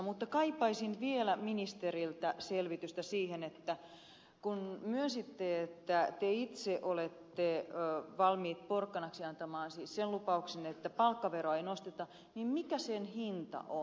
mutta kaipaisin vielä ministeriltä selvitystä siihen kun myönsitte että itse olette valmis porkkanaksi antamaan sen lupauksen että palkkaveroa ei nosteta mikä sen hinta on